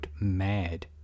mad